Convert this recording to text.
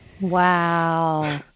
Wow